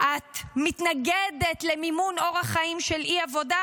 את מתנגדת למימון אורח חיים של אי-עבודה?